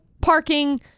parking